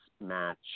match